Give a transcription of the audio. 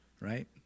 Right